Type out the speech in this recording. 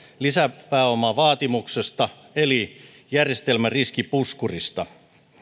lisäpääomavaatimuksesta eli järjestelmäriskipuskurista